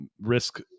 risk